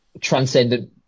transcendent